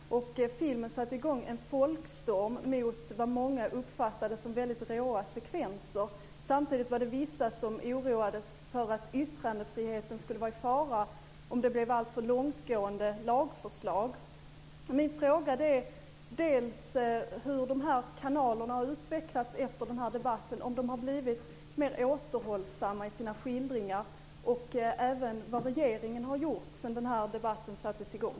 Fru talman! Jag vill ställa en fråga till kulturminister Marita Ulvskog. Vi hade en rejäl debatt här i riksdagen om filmen Shocking truth. Filmen satte i gång en folkstorm mot vad många uppfattade som väldigt råa sekvenser. Samtidigt var det vissa som oroades för att yttrandefriheten skulle vara i fara om det blev alltför långtgående lagförslag. Min fråga är dels hur kabel-TV-kanalerna har utvecklats efter den här debatten, om de har blivit mer återhållsamma i sina skildringar, dels vad regeringen har gjort sedan debatten sattes i gång.